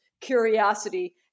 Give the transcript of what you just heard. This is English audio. curiosity